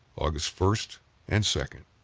august first and second,